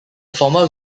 former